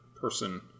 person